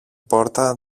πόρτα